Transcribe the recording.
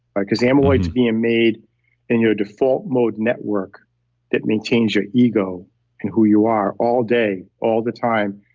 because amyloid's being made in your default mode network that maintains your ego and who you are, all day, all the time.